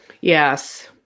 yes